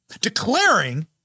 declaring